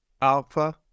Alpha